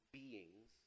beings